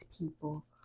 people